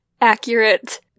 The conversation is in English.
accurate